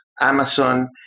Amazon